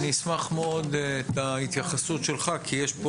אני אשמח מאוד להתייחסות של כי יש כאן